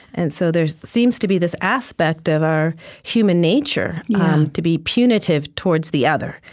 and so there seems to be this aspect of our human nature to be punitive towards the other.